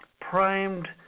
primed